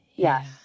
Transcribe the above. Yes